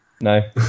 no